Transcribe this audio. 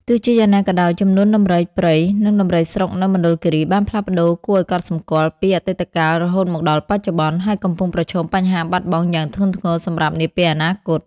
ទោះជាយ៉ាងណាក៏ដោយ ចំនួនដំរីព្រៃនិងដំរីស្រុកនៅមណ្ឌលគិរីបានផ្លាស់ប្តូរគួរឱ្យកត់សម្គាល់ពីអតីតកាលរហូតមកដល់បច្ចុប្បន្ន ហើយកំពុងប្រឈមបញ្ហាបាត់បង់យ៉ាងធ្ងន់ធ្ងរសម្រាប់នាពេលអនាគត។